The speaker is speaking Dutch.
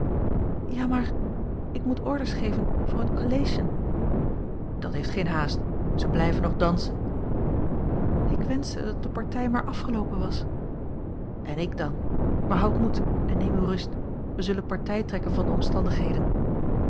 ja maar ik moet orders geven voor het collation dat heeft geen haast ze blijven nog dansen ik wenschte dat de partij maar afgeloopen was en ik dan maar houd moed en neem uwe rust wij zullen partij trekken van de omstandigheden